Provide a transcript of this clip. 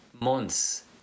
Months